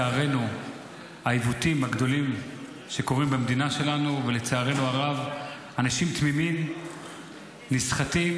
מהעיוותים הגדולים שקורים במדינה שלנו ולצערנו הרב אנשים תמימים נסחטים.